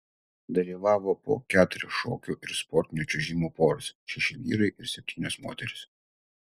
dalyvavo po keturias šokių ir sportinio čiuožimo poras šeši vyrai ir septynios moterys